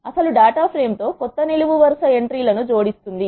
అసలు data frame తో క్రొత్త నిలువు వరుస ఎంట్రీ లను జోడిస్తుంది